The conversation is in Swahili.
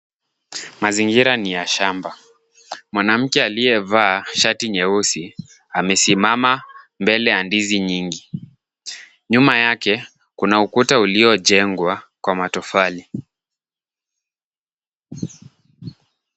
Mazingira ni ya shamba. Mwanamke aliyevaa shati nyeusi amesimama, mbele ya ndizi nyingi. Nyuma yake, kuna ukuta uliojengwa kwa matofali.